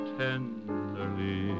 tenderly